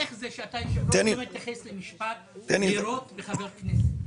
איך זה שאתה כיושב-ראש לא מתייחס למשפט "לירות בחבר כנסת"?